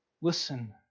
Listen